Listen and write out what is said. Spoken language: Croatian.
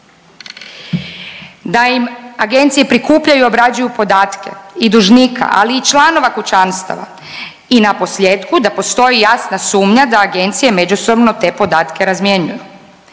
Da im agencije prikupljaju i obrađuju podatke i dužnika, ali i članova kućanstava i naposljetku, da postoji jasna sumnja da agencije međusobno te podatke razmjenjuju.